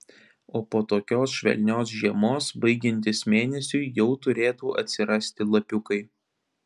o po tokios švelnios žiemos baigiantis mėnesiui jau turėtų atsirasti lapiukai